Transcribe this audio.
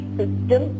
system